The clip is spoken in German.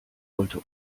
wollte